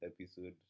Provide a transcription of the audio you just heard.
episode